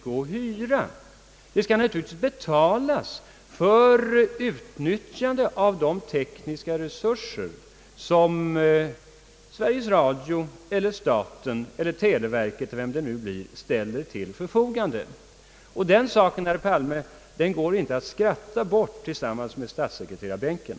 De enskilda skall naturligtvis betala för utnyttjandet av de tekniska resurser som Sveriges Radio, staten, televerket eller vem det nu blir ställer till förfogande. Den saken, herr Palme, går inte att skratta bort tillsammans med statssekreterarbänken.